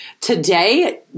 today